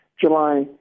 July